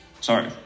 Sorry